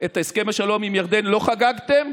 את הסכם השלום עם ירדן לא חגגתם?